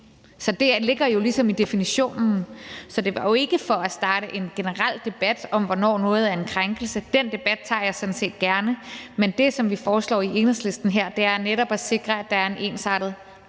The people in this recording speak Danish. så det ligger ligesom i definitionen. Så det var jo ikke for at starte en generel debat om, hvornår noget er en krænkelse. Den debat tager jeg sådan set gerne, men det, vi i Enhedslisten foreslår her, er netop at sikre, at der er en ensartet